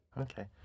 Okay